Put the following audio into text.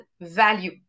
value